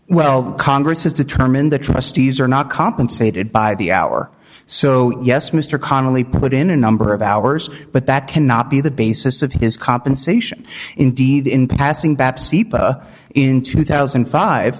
well congress has determined the trustees are not compensated by the hour so yes mr connelly put in a number of hours but that cannot be the basis of his compensation indeed in passing babsy in two thousand